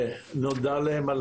נודע להן על